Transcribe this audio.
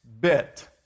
bit